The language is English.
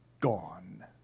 gone